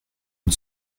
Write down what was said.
une